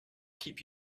keep